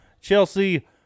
chelsea